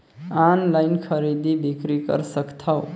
Online खरीदी बिक्री कर सकथव?